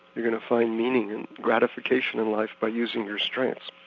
you're going to find meaning and gratification in life by using your strengths.